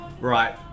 right